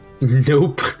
Nope